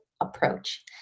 approach